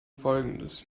folgendes